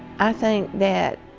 i think that